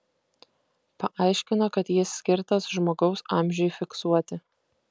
paaiškino kad jis skirtas žmogaus amžiui fiksuoti